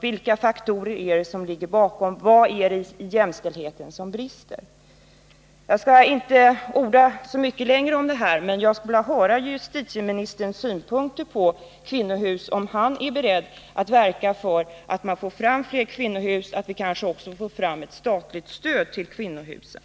Vilka faktorer är det som ligger bakom? Vad är det som brister i jämställdheten? Jag skall inte orda längre om det här, men jag skulle vilja höra justitieministerns synpunkter på kvinnohus och få veta om han är beredd att verka för kvinnohus. Vi kanske också kan få fram ett statligt stöd till kvinnohusen?